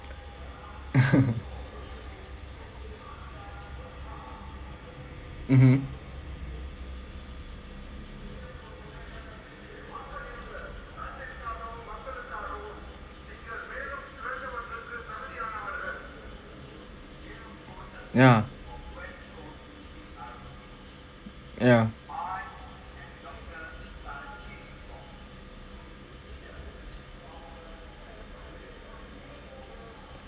mmhmm yeah ya